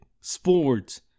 sports